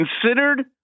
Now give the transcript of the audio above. considered